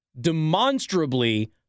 demonstrably